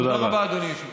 תודה רבה, אדוני היושב-ראש.